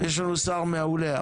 יש לנו שר מעולה,